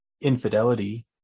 infidelity